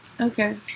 okay